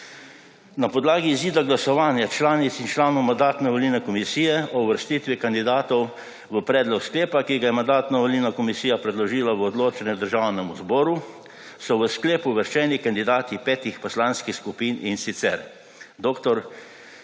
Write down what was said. Na podlagi izida glasovanja članic in članov Mandatno-volilne komisije o uvrstitvi kandidatov v predlog sklepa, ki ga je Mandatno-volilna komisija predložila v odločanje Državnemu zboru, so v sklep uvrščeni kandidatih petih poslanskih skupin. In sicer